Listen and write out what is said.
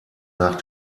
nach